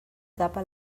tapa